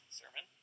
sermon